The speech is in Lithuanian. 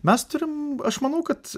mes turim aš manau kad